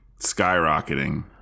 skyrocketing